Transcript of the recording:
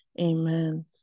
Amen